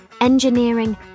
engineering